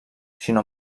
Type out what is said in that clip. sinó